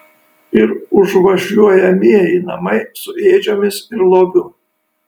ir užvažiuojamieji namai su ėdžiomis ir loviu